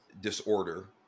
disorder